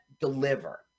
deliver